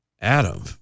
Adam